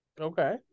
Okay